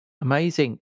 Amazing